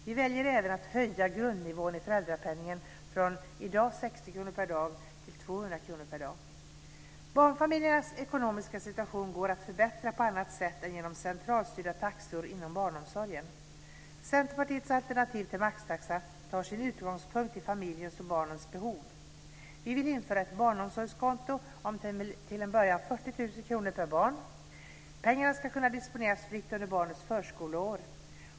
Vi väljer även att höja grundnivån i föräldrapenningen från i dag 60 kr per dag till 200 kr per dag. Barnfamiljernas ekonomiska situation går att förbättra på annat sätt än genom centralstyrda taxor inom barnomsorgen. Centerpartiets alternativ till maxtaxa tar sin utgångspunkt i familjens och barnens behov. Vi vill införa ett barnomsorgskonto om, till en början, 40 000 kr per barn. Pengarna ska kunna disponeras fritt under barnets förskoleår.